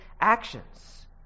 actions